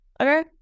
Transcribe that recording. Okay